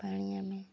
ପାଣି ଆମେ